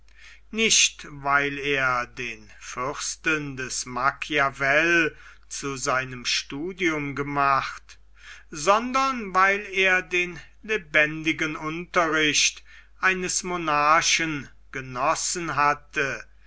nicht weil er den fürsten des macchiavell zu seinem studium gemacht sondern weil er den lebendigen unterricht eines monarchen genossen hatte